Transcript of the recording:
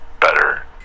better